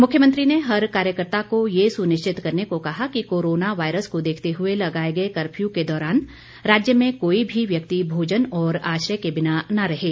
मुख्यमंत्री ने हर कार्यकर्ता को ये सुनिश्चित करने को कहा कि कोरोना वायरस को देखते हुए लगाए गए कर्फ्यू के दौरान राज्य में कोई भी व्यक्ति भोजन और आश्रय के बिना न रहें